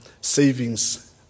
savings